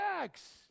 sex